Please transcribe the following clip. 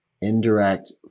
indirect